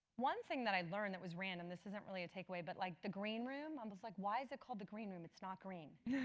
one thing that i learned that was random. this isn't really a takeaway but like the green room? i'm just like, why is it called the green room, it's not green?